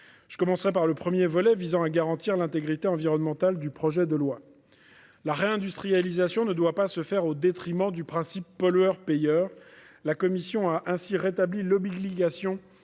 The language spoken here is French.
Je commencerai par le premier volet, à savoir les modifications visant à garantir l'intégrité environnementale du projet de loi. La réindustrialisation ne doit pas se faire au détriment du principe pollueur-payeur. La commission a ainsi rétabli l'obligation